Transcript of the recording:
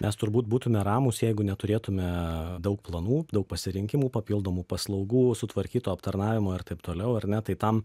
mes turbūt būtume ramūs jeigu neturėtume daug planų daug pasirinkimų papildomų paslaugų sutvarkyto aptarnavimo ir taip toliau ar ne tai tam